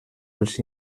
els